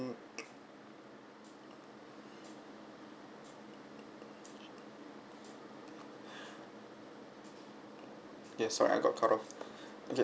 yeah sorry I got cut off again